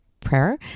prayer